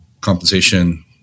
compensation